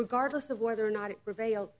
regardless of whether or not it prevail